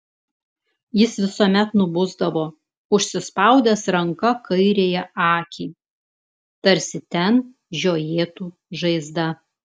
jis visuomet nubusdavo užsispaudęs ranka kairiąją akį tarsi ten žiojėtų žaizda